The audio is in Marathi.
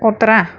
कुत्रा